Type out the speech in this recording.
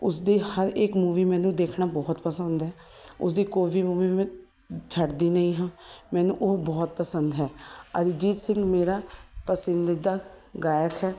ਉਸਦੀ ਹਰ ਇੱਕ ਮੂਵੀ ਮੈਨੂੰ ਦੇਖਣਾ ਬਹੁਤ ਪਸੰਦ ਹੈ ਉਸਦੀ ਕੋਈ ਵੀ ਮੂਵੀ ਮੈਂ ਛੱਡਦੀ ਨਹੀਂ ਹਾਂ ਮੈਨੂੰ ਉਹ ਬਹੁਤ ਪਸੰਦ ਹੈ ਅਰੀਜੀਤ ਸਿੰਘ ਮੇਰਾ ਪਸੰਦੀਦਾ ਗਾਇਕ ਹੈ